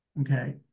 Okay